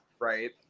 right